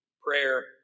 prayer